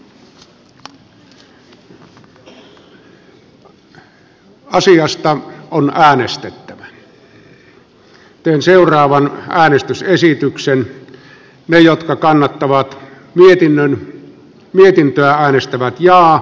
ville vähämäki on maria lohelan kannattamana ehdottanut että pykälä hyväksytään vastalauseen mukaisena